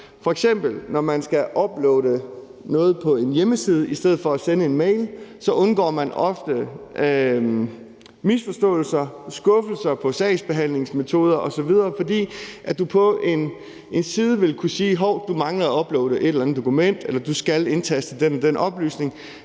når man skal uploade noget på en hjemmeside i stedet for at sende en mail, undgår man ofte misforståelser, skuffelser over sagsbehandlingsmetoder osv., fordi du på en side vil kunne sige, at hov, du mangler at uploade et eller andet dokument, eller at du skal indtaste den og den oplysning,